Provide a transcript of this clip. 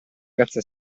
ragazza